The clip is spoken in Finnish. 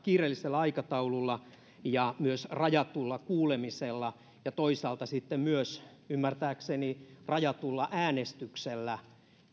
kiireellisellä aikataululla ja myös rajatulla kuulemisella ja toisaalta sitten myös ymmärtääkseni rajatulla äänestyksellä